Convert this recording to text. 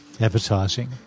advertising